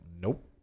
nope